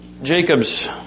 Jacob's